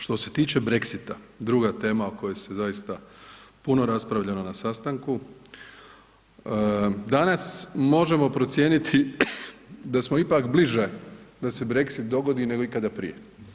Što se tiče Brexita, druga tema o kojoj se zaista puno raspravljalo na sastanku, danas možemo procijeniti da smo ipak bliže da Brexit dogodi nego ikada prije.